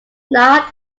not